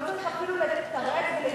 לא צריך אפילו לתרץ ולהתנצל,